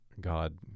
God